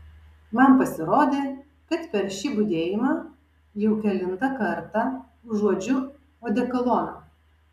man pasirodė kad per šį budėjimą jau kelintą kartą užuodžiu odekoloną